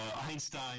Einstein